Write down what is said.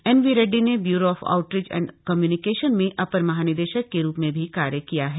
N V Reddy ने bureau of outreach and communication में अपर महानिदेशक के रूप में भी कार्य किया है